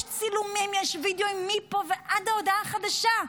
יש צילומים, יש וידאו, מפה ועד להודעה חדשה.